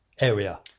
area